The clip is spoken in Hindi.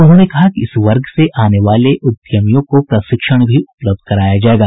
उन्होंने कहा इस वर्ग से आने वाले उद्यमियों को प्रशिक्षण भी उपलब्ध कराया जाएगा